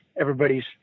everybody's